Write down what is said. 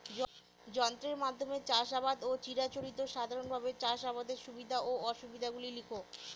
যন্ত্রের মাধ্যমে চাষাবাদ ও চিরাচরিত সাধারণভাবে চাষাবাদের সুবিধা ও অসুবিধা গুলি লেখ?